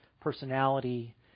personality